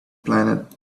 planet